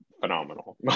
phenomenal